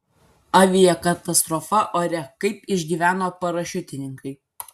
aviakatastrofa ore kaip išgyveno parašiutininkai